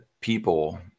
people